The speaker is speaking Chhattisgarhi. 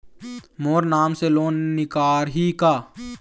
मोर नाम से लोन निकारिही का?